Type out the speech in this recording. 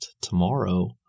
tomorrow